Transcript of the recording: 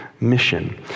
mission